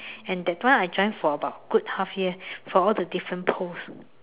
and that time I join for about good half year for all the different pose